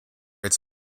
its